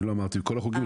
לא אמרתי בכל החוקים,